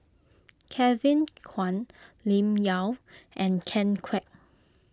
Kevin Kwan Lim Yau and Ken Kwek